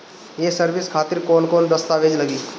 ये सर्विस खातिर कौन कौन दस्तावेज लगी?